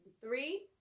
Three